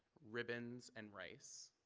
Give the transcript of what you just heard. ribbons and rice.